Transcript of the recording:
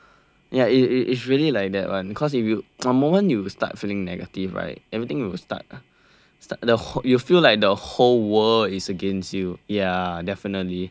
ya it is really like that one cause if you from the moment you start feeling negative right everything will start start the you feel like the whole world is against you ya definitely